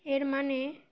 এর মানে